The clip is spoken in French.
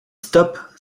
stop